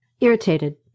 Irritated